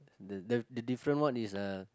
the the different one is uh